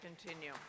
continue